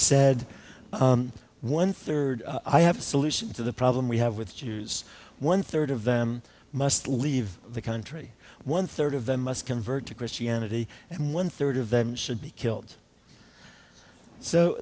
said one third i have a solution to the problem we have with jews one third of them must leave the country one third of them must convert to christianity and one third of them should be killed so